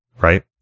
right